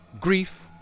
grief